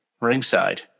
ringside